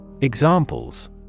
Examples